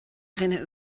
dhuine